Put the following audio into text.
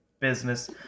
business